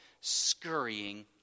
scurrying